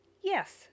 yes